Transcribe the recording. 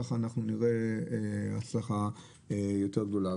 כך אנחנו נראה הצלחה יותר גדולה.